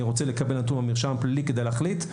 רוצה לקבל נתון מהמרשם הפלילי כדי להחליט?